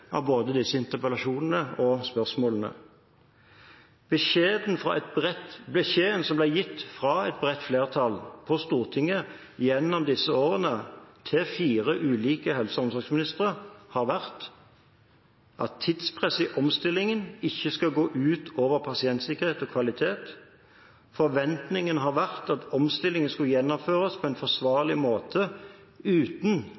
av både disse interpellasjonene og spørsmålene. Beskjeden som har blitt gitt fra et bredt flertall på Stortinget gjennom disse årene til fire ulike helse- og omsorgsministre, har vært at tidspress i omstillingen ikke skal gå ut over pasientsikkerhet og kvalitet. Forventningen har vært at omstillingen skulle gjennomføres på en forsvarlig måte uten